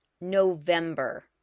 November